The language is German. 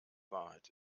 wahrheit